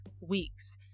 weeks